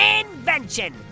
Invention